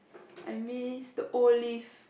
I miss the old lift